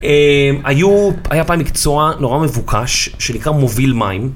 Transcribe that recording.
היה פעם מקצוע נורא מבוקש שנקרא מוביל מים.